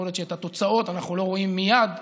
יכול להיות שאת התוצאות אנחנו לא רואים מייד,